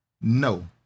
no